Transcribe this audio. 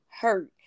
hurt